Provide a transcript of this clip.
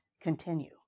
continue